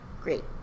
great